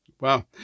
Wow